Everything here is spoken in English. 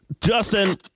Justin